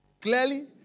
clearly